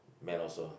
men also